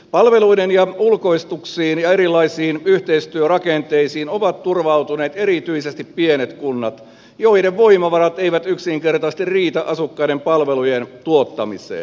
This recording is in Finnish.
palveluiden ulkoistuksiin ja erilaisiin yhteistyörakenteisiin ovat turvautuneet erityisesti pienet kunnat joiden voimavarat eivät yksinkertaisesti riitä asukkaiden palvelujen tuottamiseen